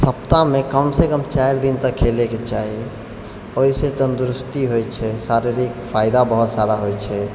सप्ताहमे कम सँ कम चारि दिन तऽ खेलैके चाही ओहिसँ तन्दूरुस्ती होइ छै शारीरिक फायदा बहुत सारा होइ छै